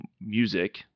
music